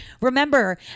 Remember